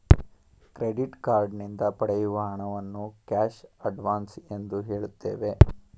credit card ನಿಂದ ಪಡೆಯುವ ಹಣವನ್ನು ಕ್ಯಾಶ್ ಅಡ್ವನ್ಸ್ ಎಂದು ಹೇಳುತ್ತೇವೆ